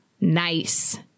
nice